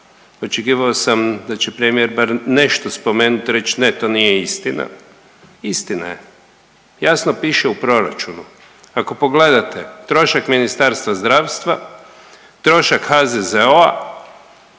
očekivao sam da će premijer baš nešto spomenut, reć ne to nije istina. Istina je, jasno piše u proračunu. Ako pogledate trošak Ministarstva zdravstva, trošak HZZO-a